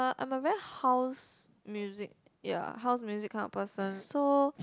I'm a very house music ya house music kind of person so